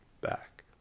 back